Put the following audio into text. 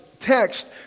text